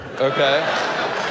okay